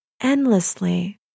endlessly